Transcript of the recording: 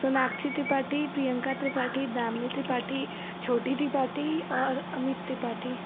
सोनाक्षी त्रिपाठी प्रियंका त्रिपाठी दामिनी त्रिपाठी छोटी त्रिपाटी और अमित त्रिपाठी